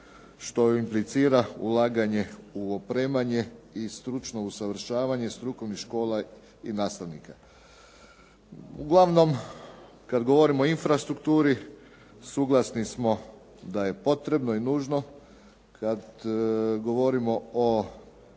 što implicira ulaganje u opremanje i stručno usavršavanje strukovnih škola i nastavnika. Uglavnom kada govorim o infrastrukturi suglasni smo da je potrebno i nužno kada govorimo o aktivnostima